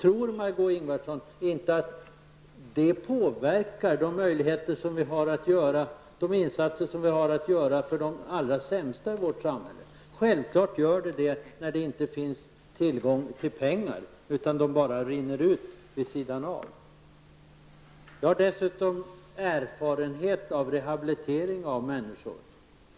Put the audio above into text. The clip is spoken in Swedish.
Tror Margó Ingvardsson inte att det påverkar våra möjligheter att göra insatser för dem som har det allra sämst i vårt samhälle? Självklart påverkar det när det inte finns tillgång till pengar, när pengarna bara rinner ut vid sidan. Jag har dessutom erfarenhet av rehabilitering av människor.